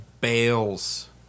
bales